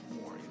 more